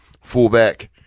fullback